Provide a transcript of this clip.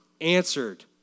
answered